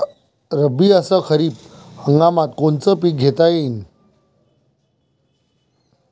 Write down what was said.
रब्बी अस खरीप हंगामात कोनचे पिकं घेता येईन?